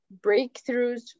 breakthroughs